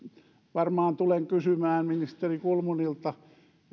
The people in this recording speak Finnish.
varmaan tulen kysymään ministeri kulmunilta